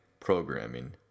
programming